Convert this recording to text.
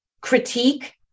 critique